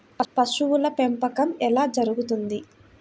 పశువుల పెంపకం ఎలా జరుగుతుంది?